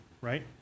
right